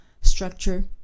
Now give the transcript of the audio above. structure